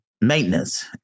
maintenance